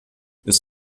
ist